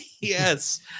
Yes